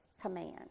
command